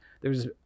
there's-